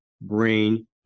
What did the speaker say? brain